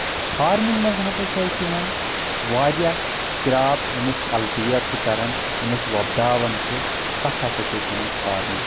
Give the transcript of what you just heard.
farming منٛز ہسا چھُ اسہِ یِوان واریاہ کراپ یِم أسۍ کلٹِویٹ چھِ کران یِم أسۍ وۄپداوان چھِ تتھ ہسا چھِ أسۍ ونان فارمنٛگ